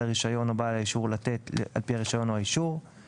הרישיון או בעל האישור לתת על פי הרישיון או האישור;